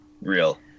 real